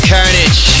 Carnage